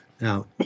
Now